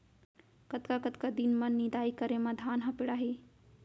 कतका कतका दिन म निदाई करे म धान ह पेड़ाही?